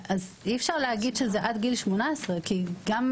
אז אי אפשר להגיד שזה עד גיל 18. כי יכול להיות